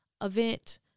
event